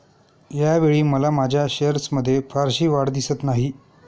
यावेळी मला माझ्या शेअर्समध्ये फारशी वाढ दिसत नाही